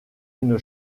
une